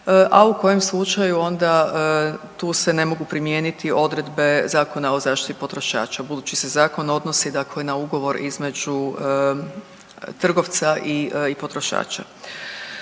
a u kojem slučaju onda tu se ne mogu primijeniti odredbe Zakona o zaštiti potrošača, budući se Zakon odnosi dakle na ugovor između trgovca i potrošača.